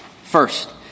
First